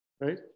right